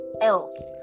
else